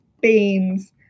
beans